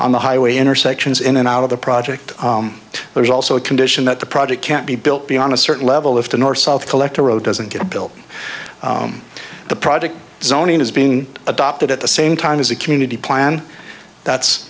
on the highway intersections in and out of the project there's also a condition that the project can't be built be on a certain level of the north south collector road doesn't get built the project zoning is being adopted at the same time as a community plan that's